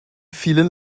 vielen